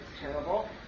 terrible